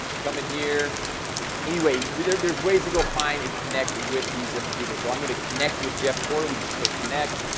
come in here anyway, we there's there's ways to go find and connect with these different people so i'm going to connect with jeff porter we just click connect,